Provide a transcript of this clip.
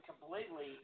completely –